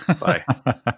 Bye